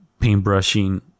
paintbrushing